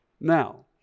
Now